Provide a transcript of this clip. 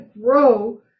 grow